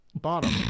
Bottom